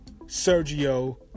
Sergio